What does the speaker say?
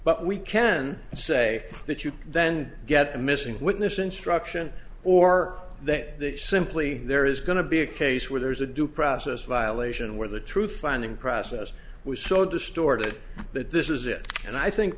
but we can say that you then get a missing witness instruction or that simply there is going to be a case where there's a due process violation where the truth finding process was so distorted that this is it and i think